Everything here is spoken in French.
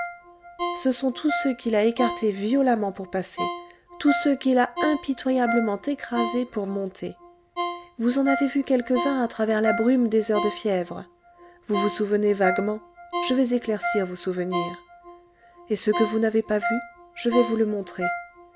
ce sont tous ceux qu'il a écartés violemment pour passer tous ceux qu'il a impitoyablement écrasés pour monter vous en avez vu quelques-uns à travers la brume des heures de fièvre vous vous souvenez vaguement je vais éclaircir vos souvenirs et ce que vous n'avez pas vu je vais vous le montrer